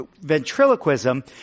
ventriloquism